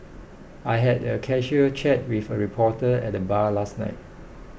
I had a casual chat with a reporter at the bar last night